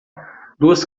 duas